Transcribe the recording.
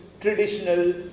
traditional